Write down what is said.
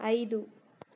ಐದು